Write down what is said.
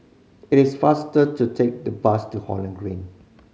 it is faster to take the bus to Holland Green